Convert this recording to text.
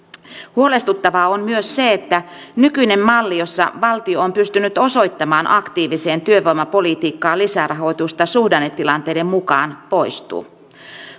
huolestuttavaa on myös se että nykyinen malli jossa valtio on pystynyt osoittamaan aktiiviseen työvoimapolitiikkaan lisärahoitusta suhdannetilanteiden mukaan poistuu